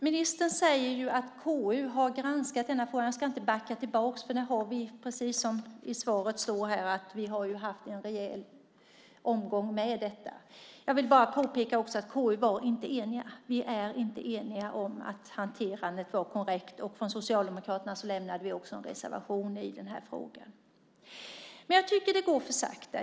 Ministern säger att KU har granskat denna fråga. Jag ska inte backa tillbaka eftersom vi, precis som det står i svaret, har haft en rejäl omgång med detta. Jag vill bara påpeka att KU inte var enigt. Vi är inte eniga om att hanterandet var korrekt, och Socialdemokraterna har också skrivit en reservation i denna fråga. Men jag tycker alltså att det går för sakta.